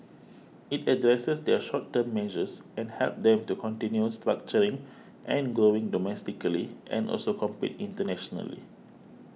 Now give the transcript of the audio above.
it addresses their short term measures and helps them to continue structuring and growing domestically and also compete internationally